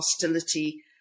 hostility